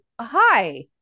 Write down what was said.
hi